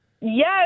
Yes